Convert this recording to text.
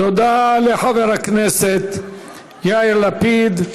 תודה לחבר הכנסת יאיר לפיד.